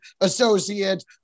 associate